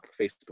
Facebook